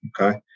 Okay